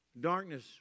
Darkness